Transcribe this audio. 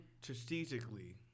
strategically